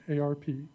ARP